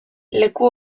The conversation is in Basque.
leku